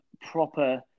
proper